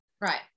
Right